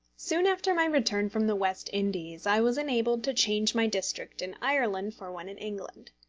soon after my return from the west indies i was enabled to change my district in ireland for one in england.